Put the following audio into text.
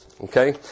Okay